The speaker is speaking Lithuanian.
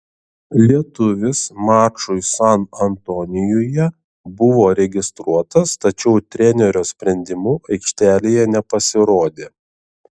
lietuvis mačui san antonijuje buvo registruotas tačiau trenerio sprendimu aikštelėje nepasirodė